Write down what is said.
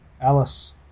Alice